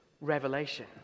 revelation